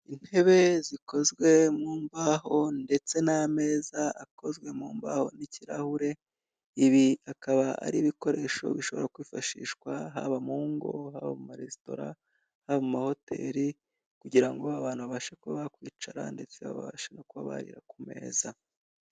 Intebe zikozwe mu mbaho, ndetse n'amezaza akozwe mu mbahoho n'ikirahure, ibi akaba ari ibikoresho bishobora kwifashishwa haba mu ingo, haba amaresitora, amahoteli, kugira ngo abantu babashe kuba bakwicara ndetse babashe no kuba barira ku meza.